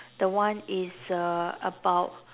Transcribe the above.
the one is uh about